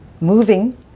moving